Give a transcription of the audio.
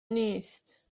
نیست